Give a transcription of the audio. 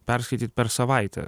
perskaityt per savaitę